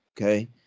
Okay